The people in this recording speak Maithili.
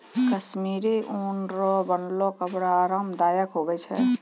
कश्मीरी ऊन रो बनलो कपड़ा आराम दायक हुवै छै